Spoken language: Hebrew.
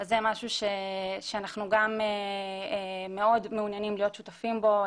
זה משהו שאנחנו גם מאוד מעוניינים להיות שותפים בו,